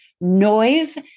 noise